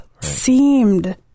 seemed